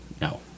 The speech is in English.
No